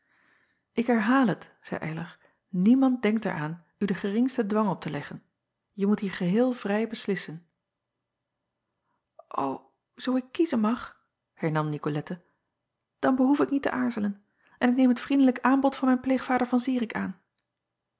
k herhaal het zeî ylar niemand denkt er aan u den geringsten dwang op te leggen e moet hier geheel vrij beslissen zoo ik kiezen mag hernam icolette dan behoef ik niet te aarzelen en ik neem het vriendelijk aanbod van mijn pleegvader an irik aan